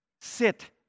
sit